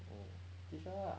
um teach her lah